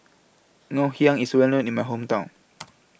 Ggoh Hiang IS Well known in My Hometown